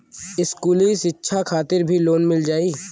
इस्कुली शिक्षा खातिर भी लोन मिल जाई?